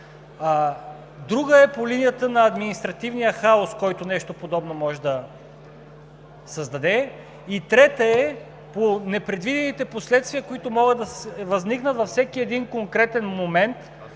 Друга е по линията на административния хаос, който нещо подобно може да създаде. И трета е по непредвидените последствия, които могат да възникнат във всеки един конкретен момент,